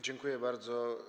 Dziękuję bardzo.